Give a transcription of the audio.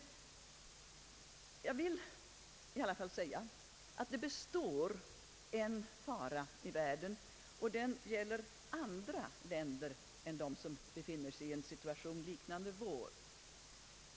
Jag vill dock framhålla att en frestelse att skaffa kärnvapen består, men den gäller andra länder än dem som befinner sig i en situation liknande vår.